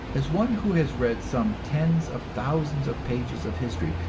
as one who has read some tens of thousands of pages of history,